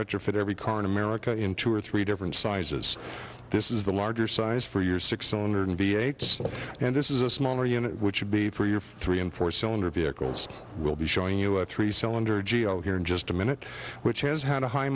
retrofit every car in america in two or three different sizes this is the larger size for your six cylinder and b h and this is a smaller unit which should be for your three and four cylinder vehicles we'll be showing you a three cylinder geo here in just a minute which has had a high